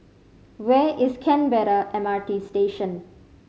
where is Canberra M R T Station